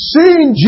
Seeing